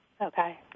Okay